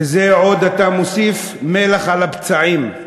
וזה עוד, אתה מוסיף מלח על הפצעים.